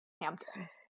Hamptons